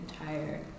entire